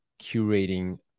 curating